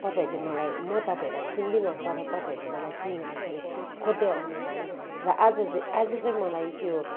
तपाईँहरूले मलाई म तपाईँहरूलाई चिन्दिनँ तर तपाईँहरूले मलाई चिनेर यसरी खोज्दै आउनुभयो र आज दे आज चाहिँ मलाई त्यो